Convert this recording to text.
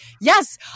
yes